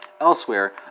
elsewhere